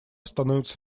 становится